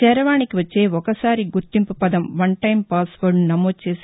చరవాణికి వచ్చే ఒకసారి గుర్తింపు పదం వన్ టైమ్ పాస్వర్గ్ ను నమోదు చేసి